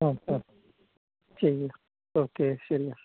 ആ ആ ശരി ഓക്കെ ശരിയാണ്